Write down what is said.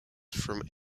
from